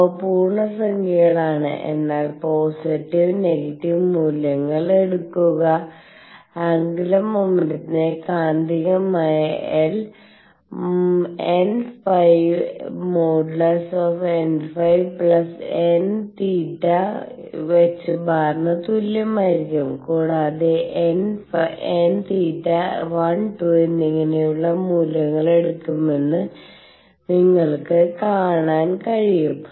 അവ പൂർണ്ണസംഖ്യകളാണ് എന്നാൽ പോസിറ്റീവ് നെഗറ്റീവ് മൂല്യങ്ങൾ എടുക്കുക ആന്ഗുലർ മോമെന്റത്തിന്റെ കാന്തിമാനമായ L |nϕ|nθ ℏ ന് തുല്യമായിരിക്കും കൂടാതെ nθ 1 2 എന്നിങ്ങനെയുള്ള മൂല്യങ്ങൾ എടുക്കണമെന്ന് നിങ്ങൾക്ക് കാണാൻ കഴിയും